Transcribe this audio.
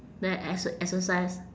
the ex~ exercise